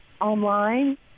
online